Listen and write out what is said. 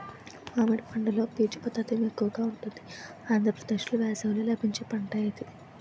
మామిడి పండులో పీచు పదార్థం ఎక్కువగా ఉంటుంది ఆంధ్రప్రదేశ్లో వేసవిలో లభించే పంట ఇది